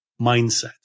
mindset